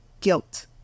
guilt